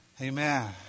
Amen